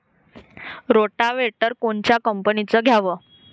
Rotavator कोनच्या कंपनीचं घ्यावं?